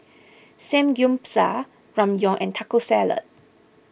Samgyeopsal Ramyeon and Taco Salad